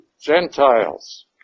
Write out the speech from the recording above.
Gentiles